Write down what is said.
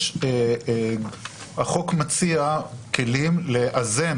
החוק מציע כלים לאזן